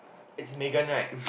it's Megan right